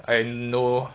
I know